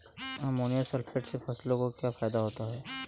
Ammonium sulphate से फसलों को क्या फायदा होगा?